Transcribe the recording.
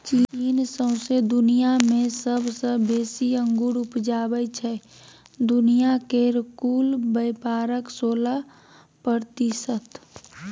चीन सौंसे दुनियाँ मे सबसँ बेसी अंगुर उपजाबै छै दुनिया केर कुल बेपारक सोलह प्रतिशत